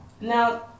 Now